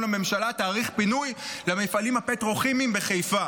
הממשלה תאריך פינוי למפעלים הפטרוכימיים בחיפה.